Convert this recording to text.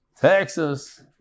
Texas